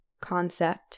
concept